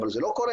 אבל זה לא קורה.